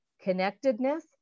connectedness